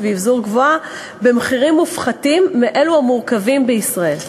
ואבזור גבוהה במחירים מופחתים מאלה של האוטובוסים המורכבים בישראל.